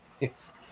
yes